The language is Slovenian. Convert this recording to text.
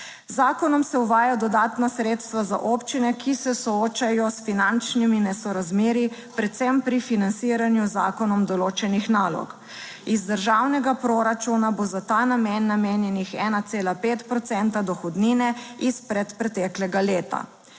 zakonom se uvaja dodatna sredstva za občine, ki se soočajo s finančnimi nesorazmerji, predvsem pri financiranju z zakonom določenih nalog. Iz državnega proračuna bo za ta namen namenjenih 1,5 procenta dohodnine iz predpreteklega leta.